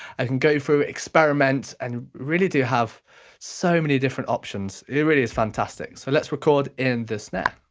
i can go through, experiment, and really do have so many different options. it really is fantastic, so let's record in the snare.